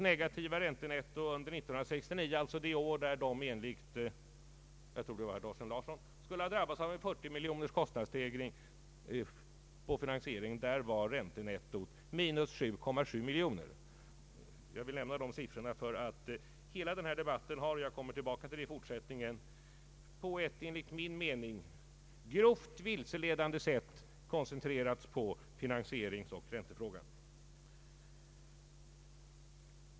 För 1969 — alltså det år då detta varv enligt herr Thorsten Larssons uppgift skulle ha drabbats av en kostnadsstegring om 40 miljoner kronor — var räntenettot minus 7,7 miljoner kronor. Jag vill nämna dessa siffror därför att hela denna debatt har — vilket jag ämnar återkomma till i fortsättningen — på ett enligt min mening grovt vilseledande sätt koncentrerats på finansieringsoch räntefrågan.